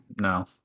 No